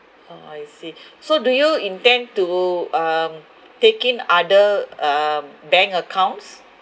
oh I see so do you intend to um taking other um bank accounts